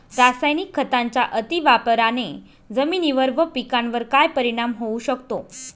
रासायनिक खतांच्या अतिवापराने जमिनीवर व पिकावर काय परिणाम होऊ शकतो?